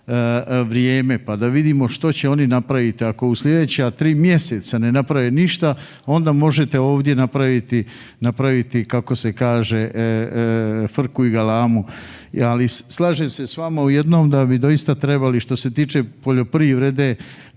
pa da vidimo što će oni napraviti. Ako u slijedeća 3 mjeseca ne naprave ništa onda možete ovdje napraviti kako se kaže frku i galamu, ali slažem se s vama u jednom da bi doista trebali što se tiče poljoprivrede